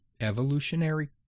evolutionary